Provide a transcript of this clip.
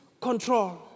control